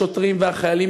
השוטרים והחיילים,